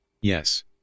Yes